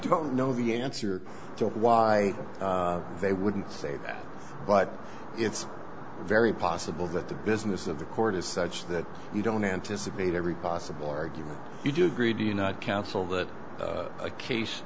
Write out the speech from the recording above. to know the answer to why they wouldn't say that but it's very possible that the business of the court is such that you don't anticipate every possible argument you do agree do you not counsel that a case